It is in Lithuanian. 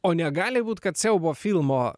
o negali būt kad siaubo filmo